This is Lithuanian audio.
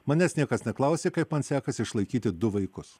manęs niekas neklausė kaip man sekasi išlaikyti du vaikus